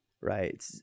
right